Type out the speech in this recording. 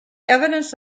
evidence